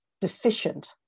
deficient